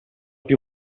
più